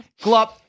Glop